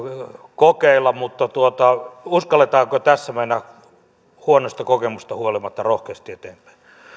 kokeilla mutta uskalletaanko tässä mennä huonosta kokemuksesta huolimatta rohkeasti eteenpäin